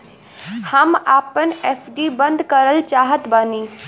हम आपन एफ.डी बंद करल चाहत बानी